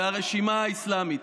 לרשימה האסלאמית.